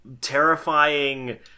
terrifying